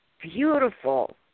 beautiful